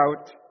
out